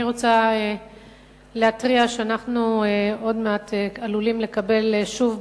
אני רוצה להתריע שאנחנו עוד מעט עלולים לקבל שוב,